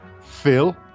Phil